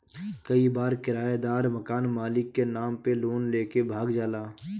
कई बार किरायदार मकान मालिक के नाम पे लोन लेके भाग जाला